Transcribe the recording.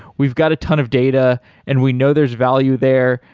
we've got a ton of data and we know there's value there.